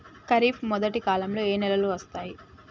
ఖరీఫ్ మొదటి కాలంలో ఏ నెలలు వస్తాయి?